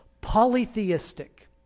Polytheistic